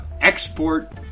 export